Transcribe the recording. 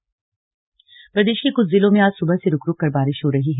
slug मौसम प्रदेश के कुछ जिलों में आज सुबह से रुक रुक कर बारिश हो रही है